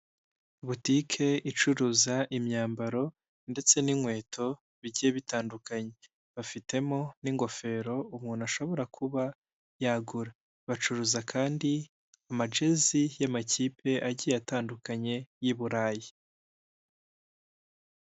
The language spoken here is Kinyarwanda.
Butike icuruza imyambaro ndetse n'inkweto bigiye bitandukanye, bafitemo n'ingofero umuntu ashobora kuba yagura, bacuruza kandi amajezi y'amakipe agiye atandukanye y'Iburayi.